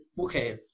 okay